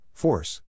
Force